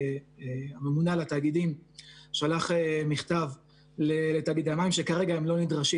הממונה על התאגידים שלח מכתב לתאגידי המים שכרגע הם לא נדרשים